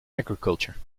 agriculture